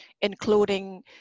including